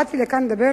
באתי לכאן לדבר